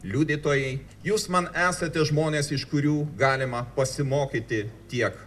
liudytojai jūs man esate žmonės iš kurių galima pasimokyti tiek